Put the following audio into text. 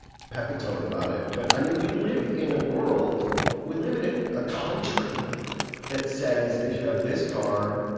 pepitone about it, but i mean, we live in a world we live in a a country that says if you have this car,